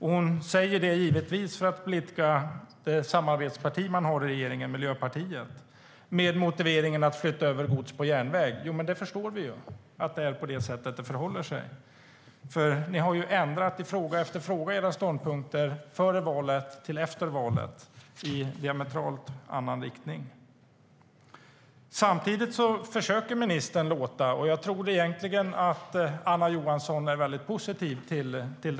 Hon säger det givetvis för att blidka det samarbetsparti man har i regeringen, Miljöpartiet, med motiveringen att flytta över gods på järnväg. Jag tror egentligen att Anna Johansson är väldigt positiv till detta.